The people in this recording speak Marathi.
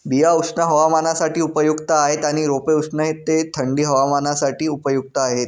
बिया उष्ण हवामानासाठी उपयुक्त आहेत आणि रोपे उष्ण ते थंडी हवामानासाठी उपयुक्त आहेत